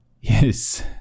Yes